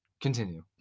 continue